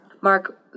Mark